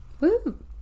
Woo